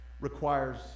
requires